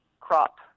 crop